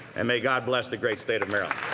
and may god bless the great state of maryland.